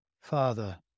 Father